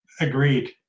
agreed